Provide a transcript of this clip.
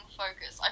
focus